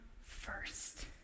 first